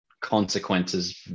consequences